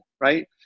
right